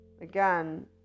again